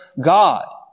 God